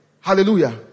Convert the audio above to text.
Hallelujah